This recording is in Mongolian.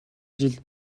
ажил